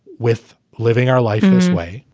with living our life this way.